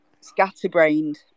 scatterbrained